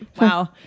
Wow